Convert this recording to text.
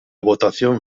votación